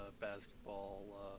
basketball